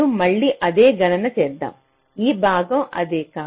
మరియు మళ్ళీ అదే గణన చేద్దాం ఈ భాగం అదే